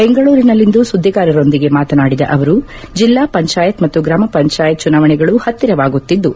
ಬೆಂಗಳೂರಿನಲ್ಲಿಂದು ಸುದ್ದಿಗಾರರೊಂದಿಗೆ ಮಾತನಾಡಿದ ಅವರು ಜಿಲ್ಲಾ ಪಂಚಾಯತ್ ಮತ್ತು ಗ್ರಾಮ ಪಂಚಾಯತ್ ಬುನಾವಣೆಗಳು ಪತ್ತಿರವಾಗುತ್ತಿದ್ಲು